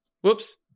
whoops